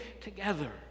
together